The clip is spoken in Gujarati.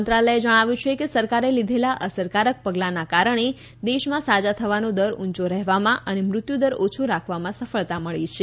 મંત્રાલયે જણાવ્યું કે સરકારે લીધેલા અસરકારક પગલાના કારણે દેશમાં સાજા થવાનો દર ઉંચો રહેવામાં અને મૃત્યુદર ઓછો રાખવામાં સફળતા મળી છે